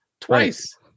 Twice